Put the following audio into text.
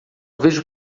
vejo